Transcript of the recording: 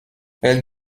elle